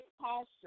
posture